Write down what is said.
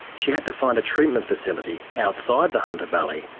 she had to find a treatment facility outside the hunter valley,